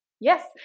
Yes